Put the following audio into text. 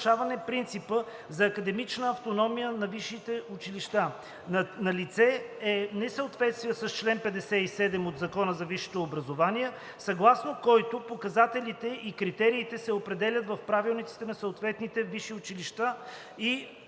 нарушаване принципа за академична автономия на висшите училища. Налице е несъответствие с чл. 57 от Закона за висшето образование, съгласно който показателите и критериите се определят в правилниците на съответните висши училища